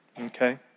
Okay